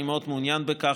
אני מאוד מעוניין בכך.